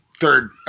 third